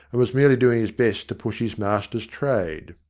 and was merely doing his best to push his master's trade.